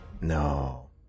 No